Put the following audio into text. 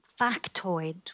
factoid